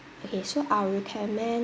okay so I'll requirement